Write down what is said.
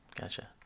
Gotcha